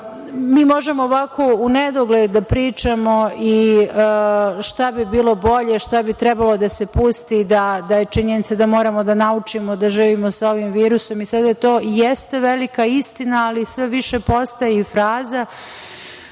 možemo ovako u nedogled da pričamo šta bi bilo bolje, šta bi trebalo da se pusti, ali je činjenica da moramo da naučimo da živimo sa ovim virusom. Sada to jeste velika istina, ali sve više postaje i fraza,